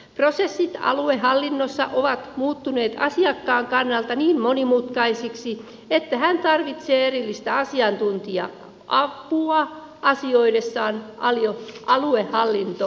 prosessit aluehallinnossa ovat muuttuneet asiakkaan kannalta niin monimutkaisiksi että hän tarvitsee erillistä asiantuntija apua asioidessaan aluehallintovirastossa